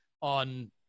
on